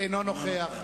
אינו נוכח